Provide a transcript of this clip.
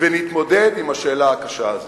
ונתמודד עם השאלה הקשה הזאת.